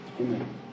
amen